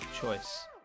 choice